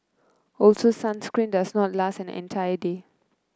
also sunscreen does not last an entire day